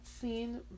seen